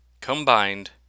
Combined